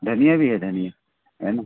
धनिया भी है धनिया है ना